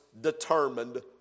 determined